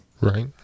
Right